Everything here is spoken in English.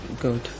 Good